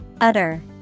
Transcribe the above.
Utter